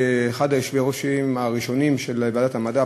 אחד מיושבי-הראש הראשונים של ועדת המדע,